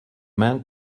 men